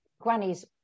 granny's